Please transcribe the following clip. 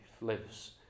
lives